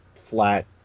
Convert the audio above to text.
flat